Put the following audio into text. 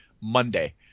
Monday